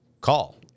call